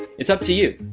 it's up to you.